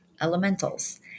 Elementals